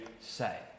say